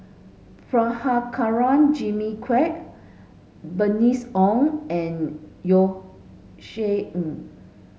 Prabhakara Jimmy Quek Bernice Ong and Josef Ng